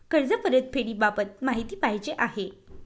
कर्ज परतफेडीबाबत माहिती पाहिजे आहे